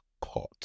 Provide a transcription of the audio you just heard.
Caught